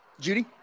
Judy